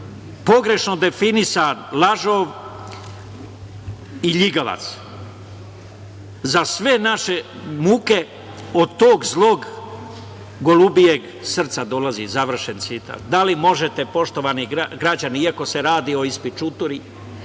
pogrešno definisan, lažov i ljigavac, za sve naše muke od tog zlog golubijeg srca dolazi, završen citat. Da li možete, poštovani građani iako se radi o ispičuturi,